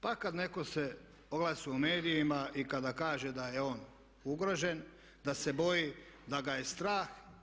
Pa kada netko se oglasi u medijima i kada kaže da je on ugrožen da se boji da ga je strah.